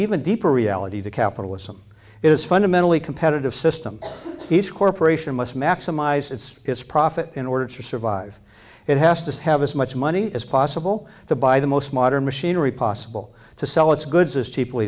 even deeper reality that capitalism is fundamentally competitive system each corporation must maximize its profit in order to survive it has to have as much money as possible to buy the most modern machinery possible to sell its goods as cheaply